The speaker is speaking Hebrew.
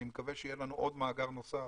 אני מקווה שיהיה לנו עוד מאגר נוסף